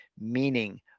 meaning